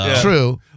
True